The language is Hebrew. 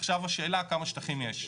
עכשיו השאלה, כמה שטחים יש?